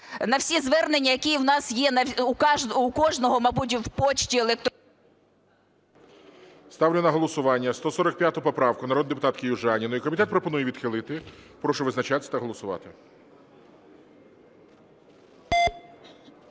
на всі звернення, які в нас є у кожного, мабуть, в пошті… ГОЛОВУЮЧИЙ. Ставлю на голосування 145 поправку народної депутатки Южаніної. Комітет пропонує відхилити. Прошу визначатись та голосувати.